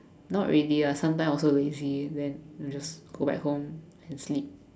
not really ah sometime also lazy then just go back home and sleep